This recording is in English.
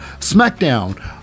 SmackDown